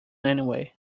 anyway